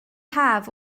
haf